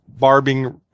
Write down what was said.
barbing